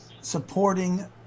supporting